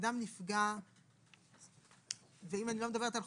נעזוב את זה,